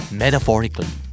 metaphorically